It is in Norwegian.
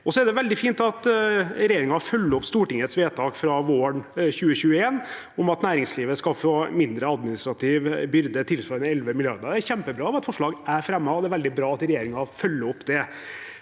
veldig fint at regjeringen følger opp Stortingets vedtak fra våren 2021, om at næringslivet skal få en mindre administrativ byrde, tilsvarende 11 mrd. kr. Det er kjempebra. Det var et forslag jeg fremmet, og det er veldig bra at regjeringen følger opp det.